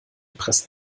presst